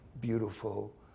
beautiful